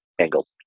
angle